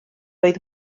oedd